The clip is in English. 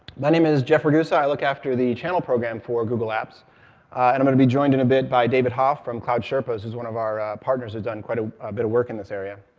my name is jeff ragusa. i look after the channel program for google apps, and i'm going to be joined in a bit by david hoff from cloud sherpas, who's one of our partners, who's done quite a bit of work in this area.